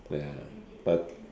ya but